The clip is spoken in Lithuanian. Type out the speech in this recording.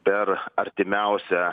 per artimiausią